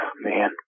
Man